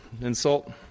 insult